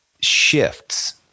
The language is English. shifts